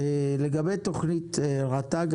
לגבי תוכנית רט"ג,